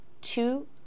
two